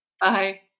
Bye